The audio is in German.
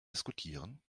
diskutieren